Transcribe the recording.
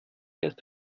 erst